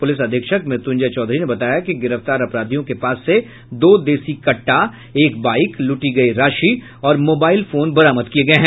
police अधीक्षक मृत्युंजय चौधरी ने बताया कि गिरफ्तार अपराधियों के पास से दो देसी कहा एक बाइक लूटी गई राशि और मोबाइल फोन बरामद किये गये हैं